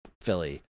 Philly